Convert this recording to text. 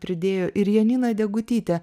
pridėjo ir janina degutyte